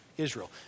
Israel